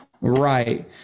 right